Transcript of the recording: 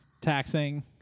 Taxing